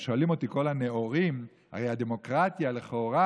שואלים אותי כל הנאורים: הרי הדמוקרטיה היא לכאורה